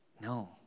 No